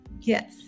Yes